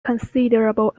considerable